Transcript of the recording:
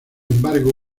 embargo